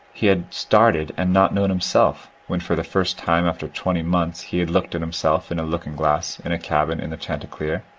he had started and not known himself when, for the first time after twenty months, he had looked at himself in a looking-glass in a cabin in the chanticleer.